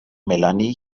melanie